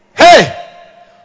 hey